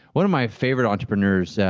one of my favorite entrepreneurs, yeah